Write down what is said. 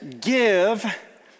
give